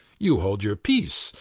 you hold your peace,